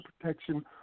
protection